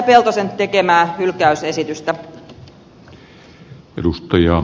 peltosen tekemää hylkäysesi tystä